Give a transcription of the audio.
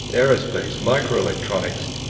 aerospace, microelectronics,